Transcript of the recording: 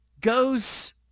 goes